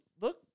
look